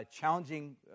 challenging